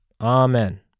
Amen